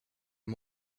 our